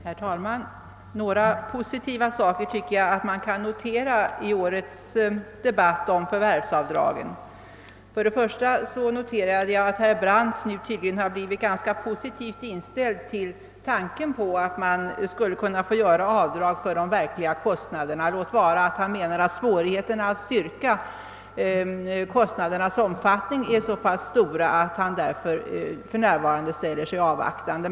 Herr talman! Några positiva inslag kan man notera i årets debatt om förvärvsavdragen. Det första är att herr Brandt tydligen har blivit ganska positivt inställd till tanken att man skulle kunna få göra avdrag för de verkliga kostnaderna, låt vara att han menar att svårigheterna att styrka kostnadernas omfattning är så stora att han för närvarande måste ställa sig avvaktande.